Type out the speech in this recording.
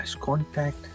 contact